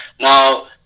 Now